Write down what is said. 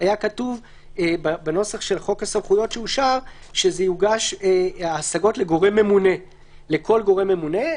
היה כתוב בנוסח של חוק הסמכויות שאושר שההשגות יוגשו לכל גורם ממונה.